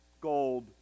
gold